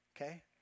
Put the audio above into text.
okay